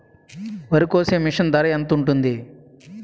వరి కోసే మిషన్ ధర ఎంత ఉంటుంది?